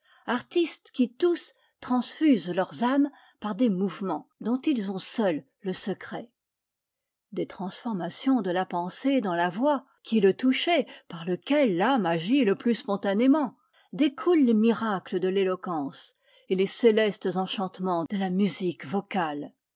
artistes qui tous transfusent leurs âmes par des mouvements dont ils ont seuls le secret des transformations de la pensée dans la voix qui est le toucher par lequel l'âme agit le plus spontanément découlent les miracles de l'éloquence et les célestes enchantements de la musique vocale